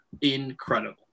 incredible